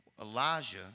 Elijah